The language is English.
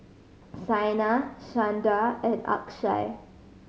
Saina Chanda and Akshay